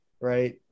Right